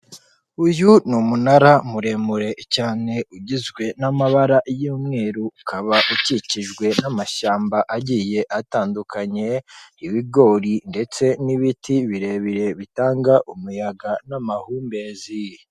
Uyu ni umunara muremure cyane ugizwe n'amabara y'umweru, ukaba ukikijwe n'amashyamba agiye atandukanye, ibigori ndetse n'ibiti birebire bitanga umuyaga n'amahumbezi.